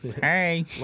Hey